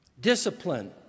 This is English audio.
discipline